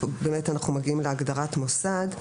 אנחנו מגיעים להגדרת מוסד.